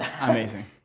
Amazing